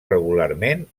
regularment